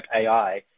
AI